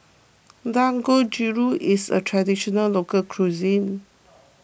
Dangojiru is a Traditional Local Cuisine